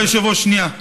כבוד היושב-ראש, שנייה.